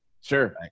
Sure